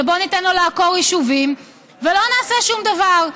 ובואו ניתן לו לעקור יישובים ולא נעשה שום דבר.